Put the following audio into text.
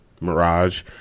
mirage